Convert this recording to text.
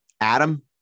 adam